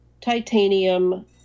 titanium